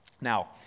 Now